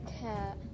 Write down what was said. cat